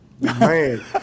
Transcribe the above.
man